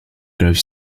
grove